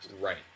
right